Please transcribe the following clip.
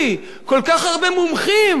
כל כך הרבה מומחים ותתי-מומחים.